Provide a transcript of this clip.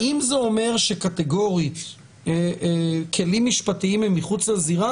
האם זה אומר שקטגורית כלים משפטיים הם מחוץ לזירה?